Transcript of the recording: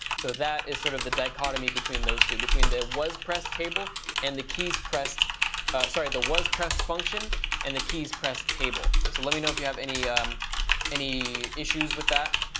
so that is sort of the dichotomy between those two, between the was pressed table and the keys pressed sorry, the was pressed function and the keys pressed table. so let me know if you have any any issues with that,